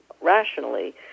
rationally